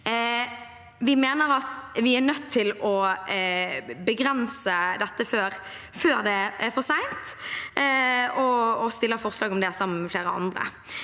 Vi mener at vi er nødt til å begrense dette før det er for sent, og stiller forslag om det sammen med flere andre.